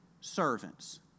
servants